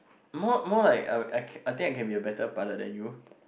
more more like I I think I can be a better pilot than you